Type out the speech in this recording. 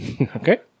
Okay